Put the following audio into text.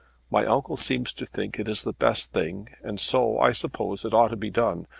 my uncle seems to think it is the best thing, and so i suppose it ought to be done.